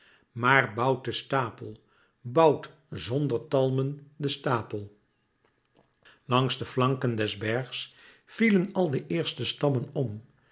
maar bouwt den stapel bouwt zonder talmen den stapel langs de flanken des bergs vielen al de eerste stammen om